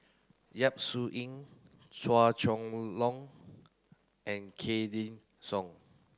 Yap Su Yin Chua Chong Long and Wykidd Song